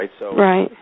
right